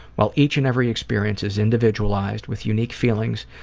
while each and every experience is individualized, with unique feelings,